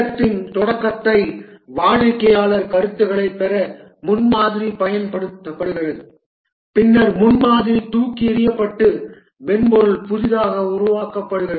திட்டத்தின் தொடக்கத்தை வாடிக்கையாளர் கருத்துக்களைப் பெற முன்மாதிரி பயன்படுத்தப்படுகிறது பின்னர் முன்மாதிரி தூக்கி எறியப்பட்டு மென்பொருள் புதியதாக உருவாக்கப்படுகிறது